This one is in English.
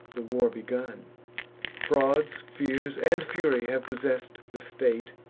the war begun frauds, fears, and fury have possess'd the state,